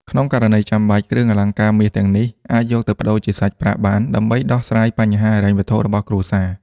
ក្នុងករណីចាំបាច់ គ្រឿងអលង្ការមាសទាំងនេះអាចយកទៅប្តូរជាសាច់ប្រាក់បាន ដើម្បីដោះស្រាយបញ្ហាហិរញ្ញវត្ថុរបស់គ្រួសារ។